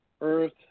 earth